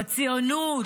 בציונות,